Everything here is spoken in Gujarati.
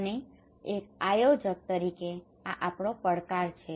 અને એક આયોજક તરીકે આ આપણો પડકાર છે